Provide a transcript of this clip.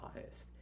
highest